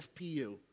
FPU